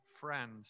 friends